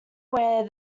when